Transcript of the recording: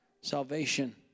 Salvation